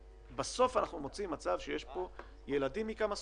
בסוף אנחנו נמצאים במצב שיש פה ילדים מכמה סוגים.